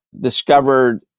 discovered